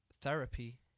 therapy